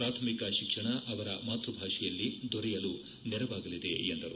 ಪ್ರಾಥಮಿಕ ಶಿಕ್ಷಣ ಅವರ ಮಾತ್ಯಭಾಷೆಯಲ್ಲಿ ದೊರೆಯಲು ನೆರವಾಗಲಿದೆ ಎಂದರು